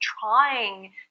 trying